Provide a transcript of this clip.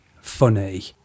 funny